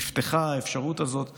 נפתחה האפשרות הזאת חזרה,